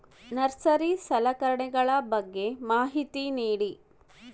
Nursery ಸಲಕರಣೆಗಳ ಬಗ್ಗೆ ಮಾಹಿತಿ ನೇಡಿ?